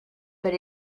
but